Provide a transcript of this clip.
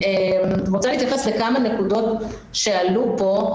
אני רוצה להתייחס לכמה נקודות שעלו פה.